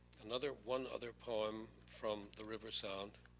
another one other poem from the river sound,